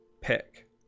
pick